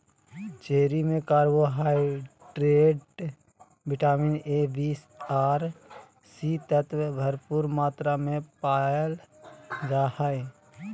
cherry में carbohydrate, vitamin A, B आर C तत्व भरपूर मात्रा में पायल जा हइ